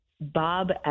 Bob